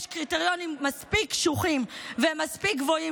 יש קריטריונים מספיק קשוחים ומספיק גבוהים